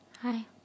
hi